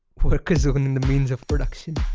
workers owning the means of production.